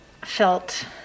felt